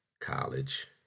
college